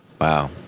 Wow